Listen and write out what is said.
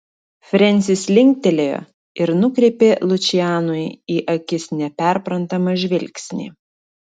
frensis linktelėjo ir nukreipė lučianui į akis neperprantamą žvilgsnį